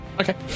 Okay